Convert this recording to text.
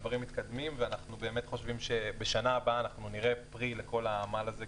הדברים מתקדמים ואנחנו באמת חושבים שבשנה הבאה נראה פרי לכל העמל הזה,